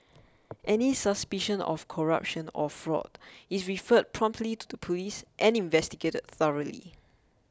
any suspicion of corruption or fraud is referred promptly to the Police and investigated thoroughly